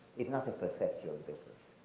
it's not a perceptual difference.